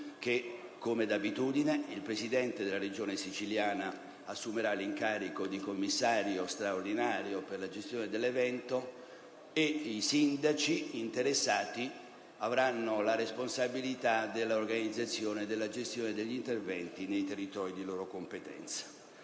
che, come d'abitudine, il Presidente della Regione siciliana assumerà l'incarico di Commissario straordinario per la gestione dell'evento e i sindaci interessati avranno la responsabilità dell'organizzazione e della gestione degli interventi nei territori di loro competenza.